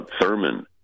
Thurman